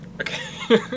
Okay